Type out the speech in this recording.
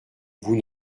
vous